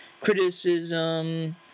criticism